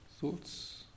thoughts